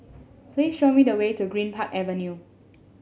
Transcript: please show me the way to Greenpark Avenue